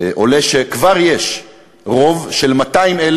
עולה שכבר יש רוב של 200,000